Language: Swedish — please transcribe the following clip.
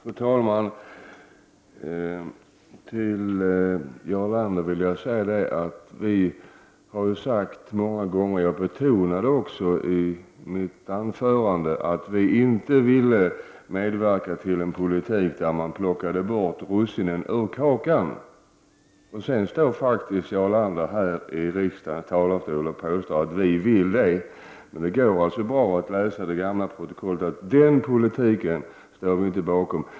Fru talman! Till Jarl Lander vill jag säga att vi många gånger har framhållit — och jag betonade det också i mitt anförande — att vi inte vill medverka till en politik där man plockar bort russinen ur kakan. Sedan står faktiskt Jarl Lander här i riksdagens talarstol och påstår att vi vill göra det. Men det går alltså bra att läsa det gamla protokollet. Den politiken står vi inte bakom.